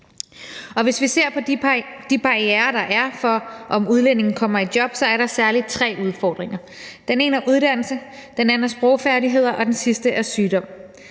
Hvis vi ser på de barrierer, der er for, at udlændinge kommer i job, er der særlig tre udfordringer. Den ene er uddannelse, den anden er sprogfærdigheder, og den sidste er sygdom.